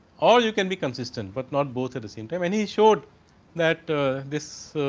all you can be consistence, but not both at the same time any should that this